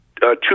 Two